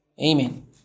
amen